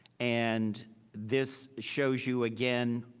and this shows you, again,